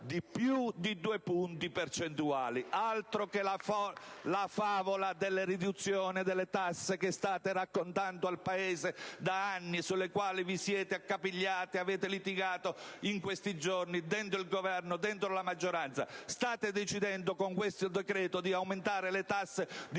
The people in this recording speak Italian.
di quasi due punti percentuali: altro che la favola della riduzione delle tasse che state raccontando al Paese da anni, su cui vi siete accapigliati, avete litigato in questi giorni all'interno del Governo e della maggioranza! Con questo decreto state decidendo di aumentare le tasse di